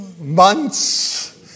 months